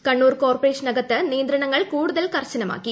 കണ്ണൂർ ക്ടോർഷറ്റ്ഷനകത്ത് നിയന്ത്രണങ്ങൾ കൂടുതൽ കർശനമാക്കി